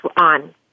on